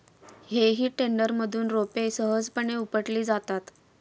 हेई टेडरमधून रोपे सहजपणे उपटली जातात